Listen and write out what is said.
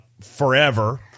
forever